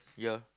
yeah